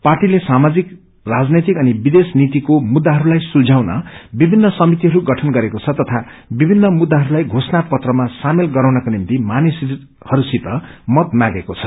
पार्टीले सामााजिक राजनैतिक अनिविदेश नीतिको मुद्दाहस्लाई सुल्स्याउन विभिन्न समितिहरू गठन गरेको छ तया विभिन्न मुद्दाहरूलाई घोषणा पत्रमा सामेल गराउनका निश्ति मानिसहरूसित मत मागेको छ